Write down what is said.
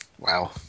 Wow